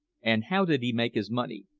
and how did he make his money?